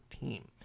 team